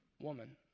woman